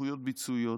סמכויות ביצועיות,